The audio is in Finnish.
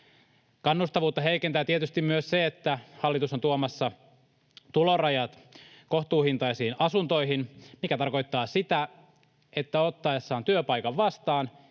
Kannustavuutta heikentää tietysti myös se, että hallitus on tuomassa tulorajat kohtuuhintaisiin asuntoihin, mikä tarkoittaa sitä, että ottaessaan työpaikan vastaan